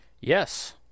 Yes